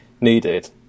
needed